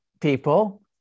people